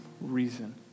reason